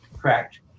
Correct